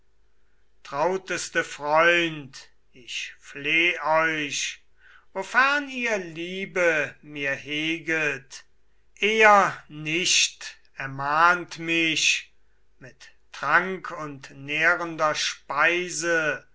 trauteste freund ich fleh euch wofern ihr liebe mir heget eher nicht ermahnt mich mit trank und nährender speise